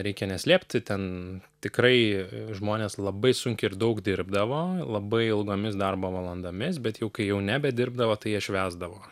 reikia neslėpti ten tikrai žmonės labai sunkiai ir daug dirbdavo labai ilgomis darbo valandomis bet jau kai jau nebedirbdavo tai jie švęsdavo